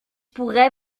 pourrais